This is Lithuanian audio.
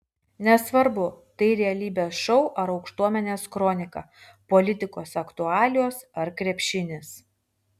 nesvarbu tai realybės šou ar aukštuomenės kronika politikos aktualijos ar krepšinis